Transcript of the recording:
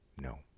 No